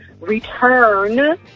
return